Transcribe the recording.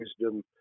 wisdom